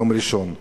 יום ראשון,